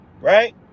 Right